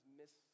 miss